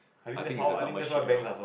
I think it's a dumbest shit also